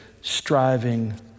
striving